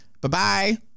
Bye-bye